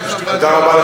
תודה רבה,